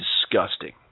disgusting